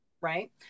Right